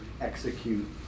execute